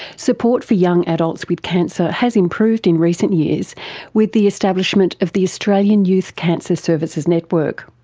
support for young adults with cancer has improved in recent years with the establishment of the australian youth cancer services network.